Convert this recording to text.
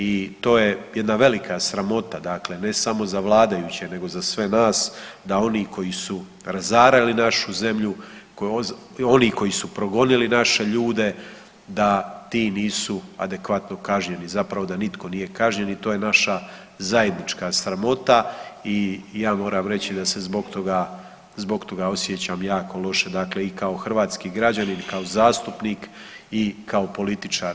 I to je jedna velika sramota ne samo za vladajuće nego za sve nas da oni koji su razarali našu zemlju, oni koji su progonili naše ljude da ti nisu adekvatno kažnjeni, zapravo da nitko nije kažnjen i to je naša zajednička sramota i ja moram reć da se zbog toga osjećam jako loše i kao hrvatski građanin, kao zastupnik i kao političar.